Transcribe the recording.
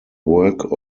work